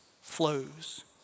flows